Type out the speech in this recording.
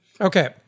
Okay